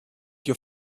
your